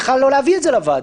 בכלל לא להביא את זה לוועדה.